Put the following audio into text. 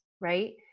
right